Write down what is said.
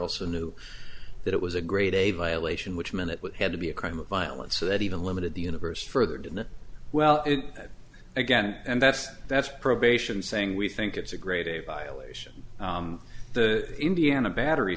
also knew that it was a grade a violation which minute would have to be a crime of violence so that even limited the universe further down the well again and that's that's probation saying we think it's a great a violation the indiana battery